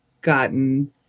gotten